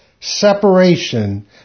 separation